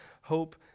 hope